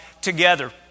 together